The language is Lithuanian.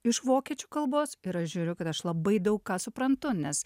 iš vokiečių kalbos ir aš žiūriu kad aš labai daug ką suprantu nes